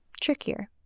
trickier